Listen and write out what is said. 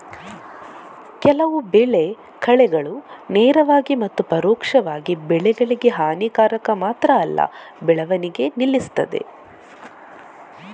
ಕೆಲವು ಬೆಳೆ ಕಳೆಗಳು ನೇರವಾಗಿ ಮತ್ತು ಪರೋಕ್ಷವಾಗಿ ಬೆಳೆಗಳಿಗೆ ಹಾನಿಕಾರಕ ಮಾತ್ರ ಅಲ್ಲ ಬೆಳವಣಿಗೆ ನಿಲ್ಲಿಸ್ತದೆ